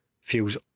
feels